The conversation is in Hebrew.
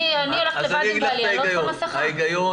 כרגע הדרמה שמייצר משרד הבריאות היא